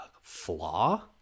flaw